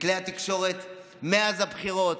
בכלי התקשורת מאז הבחירות,